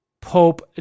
Pope